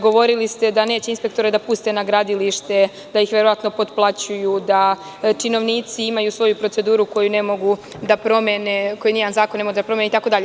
Govorili ste da neće inspektore da puste na gradilište, da ih verovatno potplaćuju, da činovnici imaju svoju proceduru koju ne mogu da promene, koju nijedan zakon ne može da promeni itd.